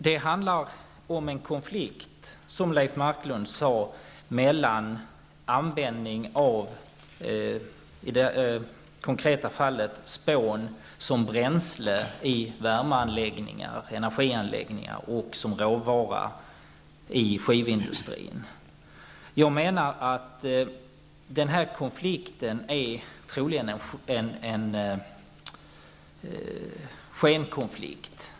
Det handlar om en konflikt, som Leif Marklund sade, mellan användning av spån som bränsle i värmeanläggningar och spån som råvara i skivindustrin, för att ta ett konkret exempel. Jag menar att den här konflikten troligen är en skenkonflikt.